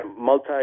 multi